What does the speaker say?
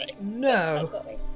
No